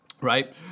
right